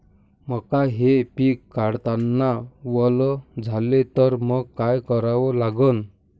मका हे पिक काढतांना वल झाले तर मंग काय करावं लागन?